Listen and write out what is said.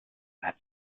that